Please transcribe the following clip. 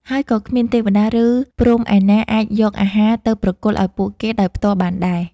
ហើយក៏គ្មានទេវតា ឬព្រហ្មឯណាអាចយកអាហារទៅប្រគល់ឱ្យពួកគេដោយផ្ទាល់បានដែរ។